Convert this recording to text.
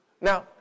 Now